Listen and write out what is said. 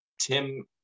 Tim